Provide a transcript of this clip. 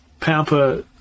Pampa